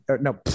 no